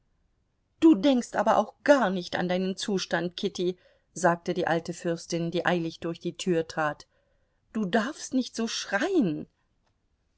du denkst aber auch gar nicht an deinen zustand kitty sagte die alte fürstin die eilig durch die tür trat du darfst nicht so schreien